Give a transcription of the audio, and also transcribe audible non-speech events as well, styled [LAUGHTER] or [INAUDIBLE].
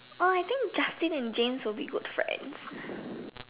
oh I think Justin and James would be good friends [BREATH]